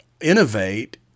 innovate